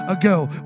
ago